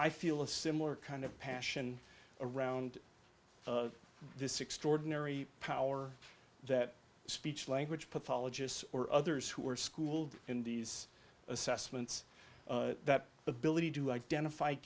i feel a similar kind of passion around this extraordinary power that speech language pathologists or others who are schooled in these assessments that ability to identify